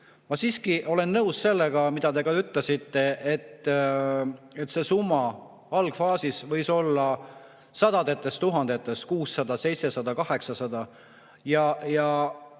Ma siiski olen nõus sellega, mida te ütlesite, et see summa algfaasis võis olla sadades tuhandetes – 600 000, 700 000,